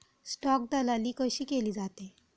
Stock दलाली कशी केली जाते?